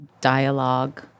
Dialogue